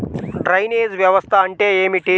Drainage వ్యవస్థ అంటే ఏమిటి?